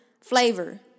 Flavor